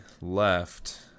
left